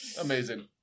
Amazing